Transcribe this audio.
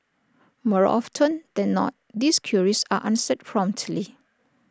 more often than not these queries are answered promptly